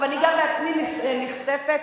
אני בעצמי גם נסחפת.